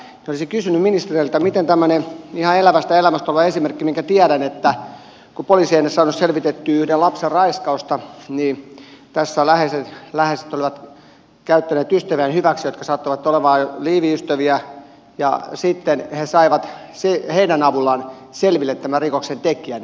olisin kysynyt ministeriltä tämmöisestä ihan elävästä elämästä olevasta esimerkistä minkä tiedän että kun poliisi ei saanut selvitettyä yhden lapsen raiskausta läheiset olivat käyttäneet hyväksi ystäviään jotka sattuivat olemaan liiviystäviä ja sitten he saivat näiden avulla selville tämän rikoksentekijän